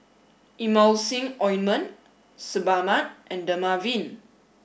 Emulsying ointment Sebamed and Dermaveen